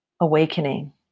awakening